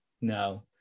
no